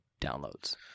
downloads